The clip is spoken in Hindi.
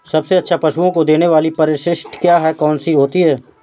सबसे अच्छा पशुओं को देने वाली परिशिष्ट क्या है? कौन सी होती है?